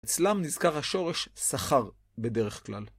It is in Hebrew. אצלם נזכר השורש שכר בדרך כלל.